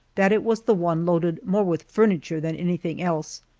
that it was the one loaded more with furniture than anything else,